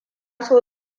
so